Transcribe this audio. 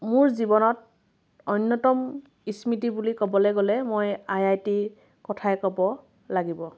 মোৰ জীৱনত অন্যতম স্মৃতি বুলি ক'বলৈ গ'লে মই আই আই টি কথায়ে ক'ব লাগিব